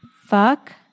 fuck